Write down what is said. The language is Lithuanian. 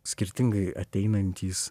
skirtingai ateinantys